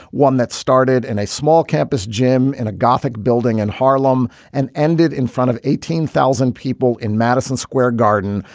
one that started in and a small campus gym in a gothic building in harlem and ended in front of eighteen thousand people in madison square garden.